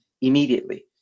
immediately